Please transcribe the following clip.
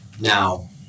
Now